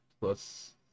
plus